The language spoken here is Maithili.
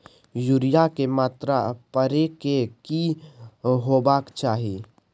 यूरिया के मात्रा परै के की होबाक चाही?